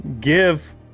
give